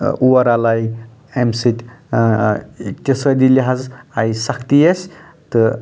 اور آل آیہِ امہِ سۭتۍ اقتسٲدی لحاظہٕ آیہِ سختی اسہِ تہٕ